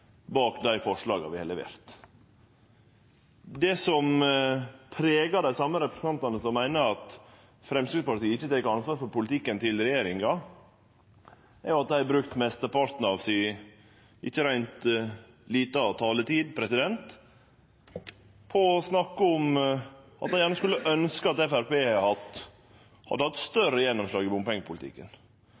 bak dei forslaga vi har levert. Det som pregar dei same representantane som meiner at Framstegspartiet ikkje tek ansvar for politikken til regjeringa, er at dei har brukt mesteparten av si – ikkje reint lita – taletid til å snakke om at dei gjerne skulle ønskje at Framstegspartiet hadde hatt større gjennomslag i bompengepolitikken.